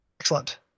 Excellent